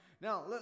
Now